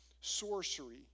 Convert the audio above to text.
sorcery